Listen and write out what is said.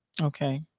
okay